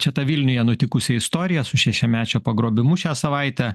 čia tą vilniuje nutikusią istoriją su šešiamečio pagrobimu šią savaitę